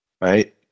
right